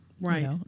Right